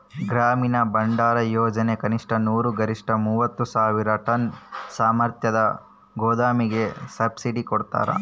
ಗ್ರಾಮೀಣ ಭಂಡಾರಯೋಜನೆ ಕನಿಷ್ಠ ನೂರು ಗರಿಷ್ಠ ಮೂವತ್ತು ಸಾವಿರ ಟನ್ ಸಾಮರ್ಥ್ಯದ ಗೋದಾಮಿಗೆ ಸಬ್ಸಿಡಿ ಕೊಡ್ತಾರ